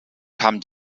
kam